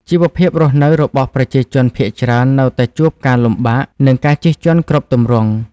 ជីវភាពរស់នៅរបស់ប្រជាជនភាគច្រើននៅតែជួបការលំបាក និងការជិះជាន់គ្រប់ទម្រង់។